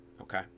okay